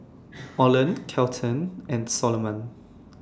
Oland Kelton and Soloman